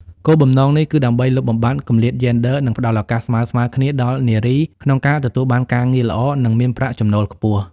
គោលបំណងនេះគឺដើម្បីលុបបំបាត់គំលាតយេនឌ័រ និងផ្តល់ឱកាសស្មើៗគ្នាដល់នារីក្នុងការទទួលបានការងារល្អ និងមានប្រាក់ចំណូលខ្ពស់។